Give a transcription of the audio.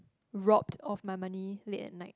robbed off my money late at night